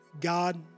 God